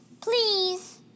please